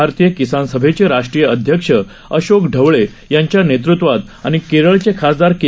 भारतीयकिसानसभेचेराष्ट्रीयअध्यक्षअशोकढवळेयांच्यानेतृत्वातआणि केरळचेखासदारके